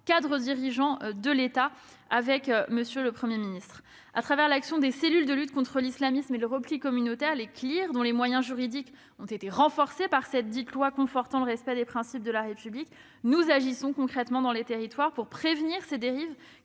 cadres dirigeants de l'État, en présence de M. le Premier ministre. Avec les cellules de lutte contre l'islamisme et le repli communautaire (CLIR), dont les moyens juridiques ont été renforcés par la loi confortant le respect des principes de la République, nous agissons concrètement dans les territoires pour prévenir les dérives